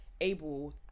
able